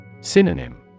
synonym